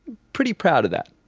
pretty proud of that.